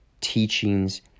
teachings